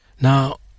Now